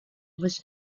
was